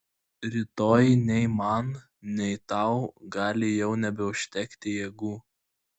rytoj nei man nei tau gali jau nebeužtekti jėgų